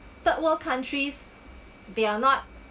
third world countries they are not